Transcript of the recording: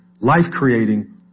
life-creating